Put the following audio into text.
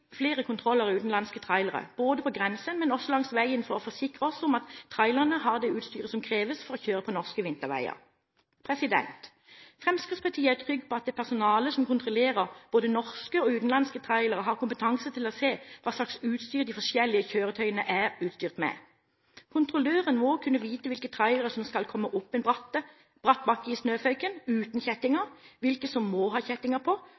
flere kontroller av utenlandske trailere på grensen, men også langs veien for å forsikre oss om at trailerne har det utstyret som kreves for å kjøre på norske vinterveier. Fremskrittspartiet er trygg på at det personalet som kontrollerer både norske og utenlandske trailere, har kompetanse til å se hva slags utstyr de forskjellige kjøretøyene er utstyrt med. Kontrolløren må kunne vite hvilke trailere som skal komme opp en bratt bakke i snøføyken uten kjettinger, hvilke som må ha kjettinger på